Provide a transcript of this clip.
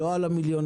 לא על המיליונרים,